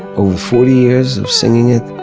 over forty years of singing it,